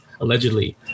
allegedly